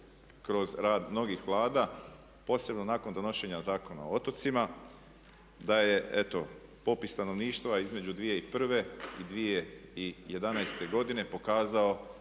kroz rad mnogih Vlada, posebno nakon donošenja Zakona o otocima da je eto popis stanovništva između 2001.i 2011.godine pokazao